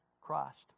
Christ